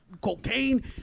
cocaine